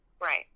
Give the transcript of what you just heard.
Right